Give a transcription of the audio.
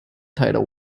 title